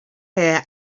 here